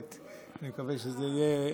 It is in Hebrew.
אבל אני מקווה שזה יהיה קבוע.